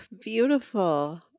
beautiful